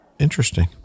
interesting